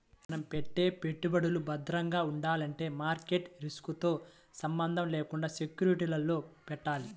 మనం పెట్టే పెట్టుబడులు భద్రంగా ఉండాలంటే మార్కెట్ రిస్కులతో సంబంధం లేకుండా సెక్యూరిటీలలో పెట్టాలి